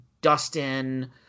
Dustin